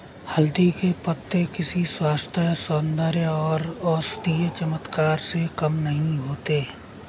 हल्दी के पत्ते किसी स्वास्थ्य, सौंदर्य और औषधीय चमत्कार से कम नहीं होते